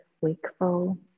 wakeful